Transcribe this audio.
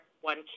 one